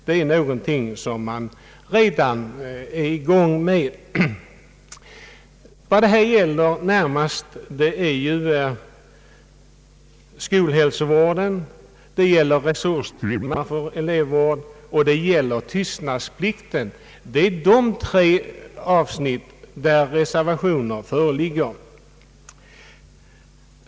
Här gäller det närmast skolhälsovården, resurstimmar för elevvården och tystnadsplikten, alltså de tre avsnitt där reservationer föreligger.